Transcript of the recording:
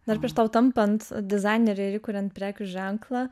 dar prieš tau tampant dizainere ir įkuriant prekių ženklą